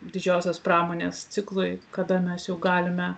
didžiosios pramonės ciklui kada mes jau galime